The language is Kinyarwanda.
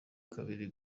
kabiri